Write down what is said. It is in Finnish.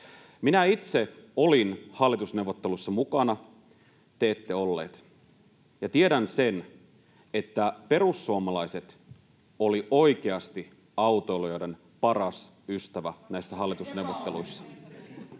Minä itse olin hallitusneuvotteluissa mukana — te ette olleet — ja tiedän sen, että perussuomalaiset olivat oikeasti autoilijoiden paras ystävä näissä hallitusneuvotteluissa.